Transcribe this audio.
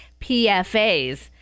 PFAs